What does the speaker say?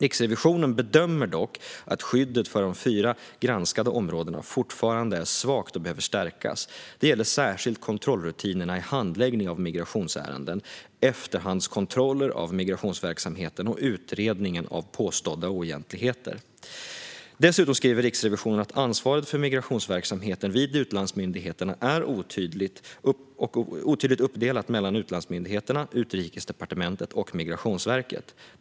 Riksrevisionen bedömer dock att skyddet på de fyra granskade områdena fortfarande är svagt och behöver stärkas. Det gäller särskilt kontrollrutinerna i handläggningen av migrationsärenden, efterhandskontroller av migrationsverksamheten och utredningar av påstådda oegentligheter. Dessutom skriver Riksrevisionen att ansvaret för migrationsverksamheten vid utlandsmyndigheterna är otydligt uppdelat mellan utlandsmyndigheterna, Utrikesdepartementet och Migrationsverket.